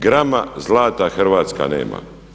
Grama zlata Hrvatska nema.